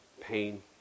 pain